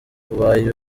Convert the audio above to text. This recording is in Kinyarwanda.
ubaye